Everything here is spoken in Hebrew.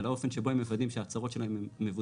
על האופן שבו הם מוודאים שההצהרות שלהם הן מבוססות.